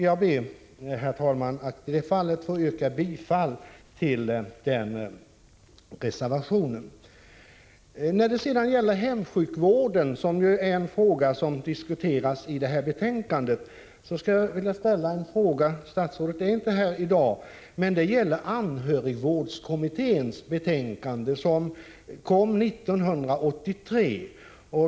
Jag ber, herr talman, att i det sammanhanget få yrka bifall till reservationen. När det gäller hemsjukvården, som ju är en fråga som diskuteras i betänkandet, skulle jag, trots att statsrådet inte är här i dag, vilja ställa en fråga som gäller anhörigvårdskommitténs betänkande, som kom 1983.